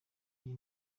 iri